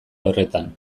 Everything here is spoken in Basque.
horretan